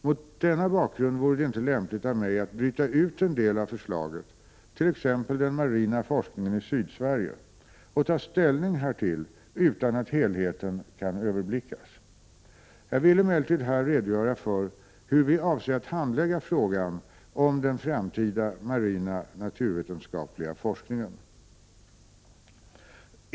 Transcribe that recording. Mot denna bakgrund vore det inte lämpligt av mig att bryta ut en del av förslaget, t.ex. den marina forskningen i Sydsverige, och ta ställning härtill utan att helheten kan överblickas. Jag vill emellertid här redogöra för hur vi avser att handlägga frågan om den framtida marina naturvetenskapliga forskningen.